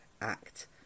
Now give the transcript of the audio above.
Act